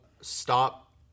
stop